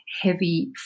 heavy